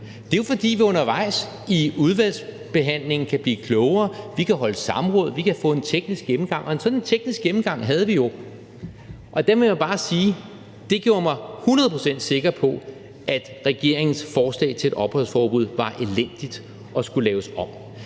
Det er jo, fordi vi undervejs i udvalgsbehandlingen kan blive klogere. Vi kan holde samråd, vi kan få en teknisk gennemgang. Og en sådan teknisk gennemgang havde vi jo, og der må jeg bare sige, at det gjorde mig hundrede procent sikker på, at regeringens forslag til et opholdsforbud var elendigt og skulle laves om.